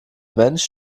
mensch